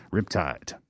Riptide